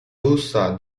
louisa